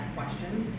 questions